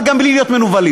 אבל גם בלי להיות מנוולים,